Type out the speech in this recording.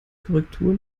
korrektur